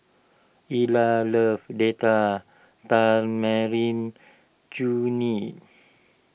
Ellar loves Date Tamarind Chutney